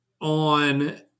On